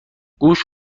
گوش